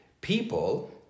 people